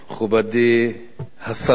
מכובדי השרים